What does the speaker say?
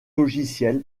logiciels